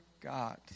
God